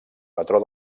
patró